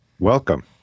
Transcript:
Welcome